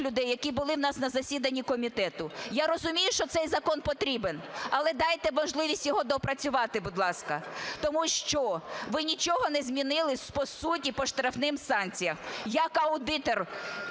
людей, які були в нас на засіданні комітету. Я розумію, що цей закон потрібен, але дайте можливість його доопрацювати, будь ласка, тому що ви нічого не змінили по суті по штрафним санкціям. Як аудитор